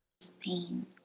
Spain